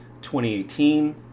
2018